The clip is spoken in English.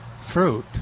fruit